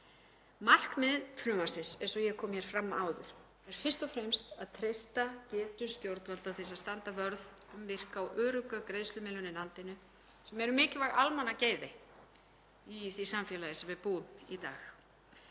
Markmið frumvarpsins, eins og ég kom hér að áður, er fyrst og fremst að treysta getu stjórnvalda til að standa vörð um virka og örugga greiðslumiðlun í landinu sem eru mikilvæg almannagæði í því samfélagi sem við búum í dag.